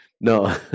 No